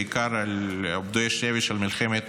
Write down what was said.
בעיקר על פדויי השבי של מלחמת